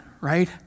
right